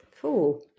Cool